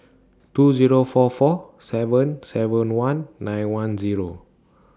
two Zero four four seven seven one nine one Zero